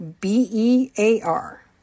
B-E-A-R